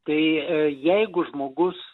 tai jeigu žmogus